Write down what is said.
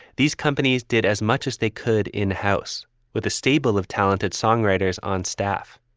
these companies did as much as they could in-house with a stable of talented songwriters on staff.